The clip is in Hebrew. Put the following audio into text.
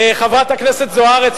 חברת הכנסת זוארץ,